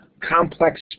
complex